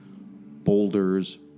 Boulders